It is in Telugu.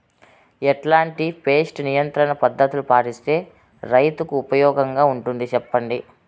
ఎట్లాంటి పెస్ట్ నియంత్రణ పద్ధతులు పాటిస్తే, రైతుకు ఉపయోగంగా ఉంటుంది సెప్పండి?